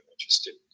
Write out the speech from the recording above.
interested